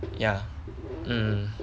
ya um